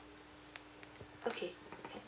okay